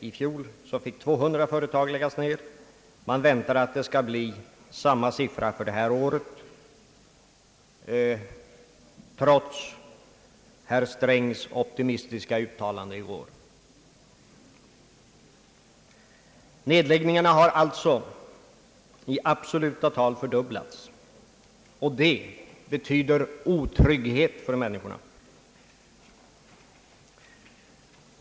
I fjol fick 200 företag läggas ned, och man väntar samma siffra för det här året, trots herr Strängs optimistiska uttalande i går. Nedläggningarna har alltså i absoluta tal fördubblats, och det betyder otrygghet för människorna.